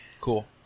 cool